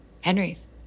Henry's